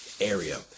area